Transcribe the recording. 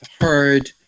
heard